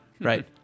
Right